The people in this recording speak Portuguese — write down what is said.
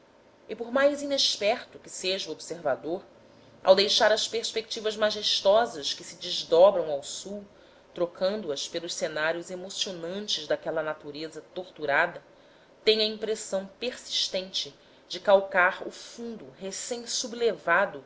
e por mais inexperto que seja o observador ao deixar as perspectivas majestosas que se desdobram ao sul trocando as pelos cenários emocionantes daquela natureza torturada tem a impressão persistente de calcar o fundo